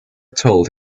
told